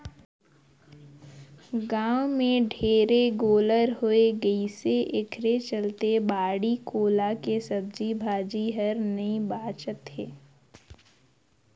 गाँव में ढेरे गोल्लर होय गइसे एखरे चलते बाड़ी कोला के सब्जी भाजी हर नइ बाचत हे